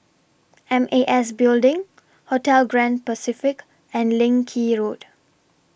M A S Building Hotel Grand Pacific and Leng Kee Road